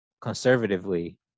conservatively